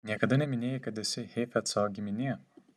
niekada neminėjai kad esi heifetzo giminė